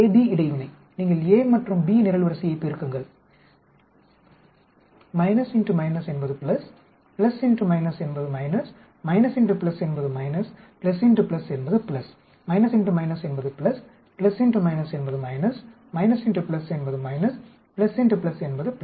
AB இடைவினை நீங்கள் A மற்றும் B நிரல்வரிசையைப் பெருக்குங்கள் என்பது என்பது என்பது என்பது என்பது என்பது என்பது என்பது